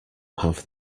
have